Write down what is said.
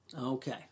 Okay